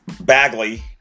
bagley